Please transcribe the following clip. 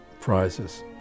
prizes